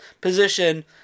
position